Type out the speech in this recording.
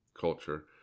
culture